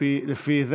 לפי זה,